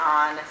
on